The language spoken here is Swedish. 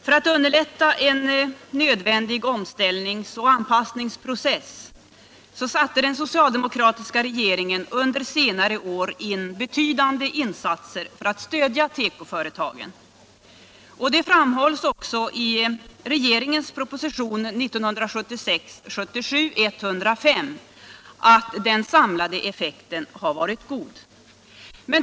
För att underlätta en nödvändig omställningsoch anpassningsprocess gjorde den socialdemokratiska regeringen under senare år betydande insatser för att stödja tekoföretagen. Som framhålls i propositionen 1976/77:105 har den samlade effekten varit god.